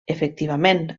efectivament